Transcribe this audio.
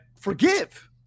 forgive